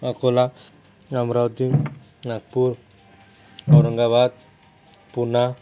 Akola Amravati Nagpur Aurangabad Poona